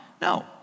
No